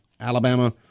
alabama